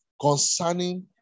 concerning